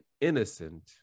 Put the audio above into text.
innocent